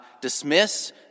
dismiss